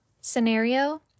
Scenario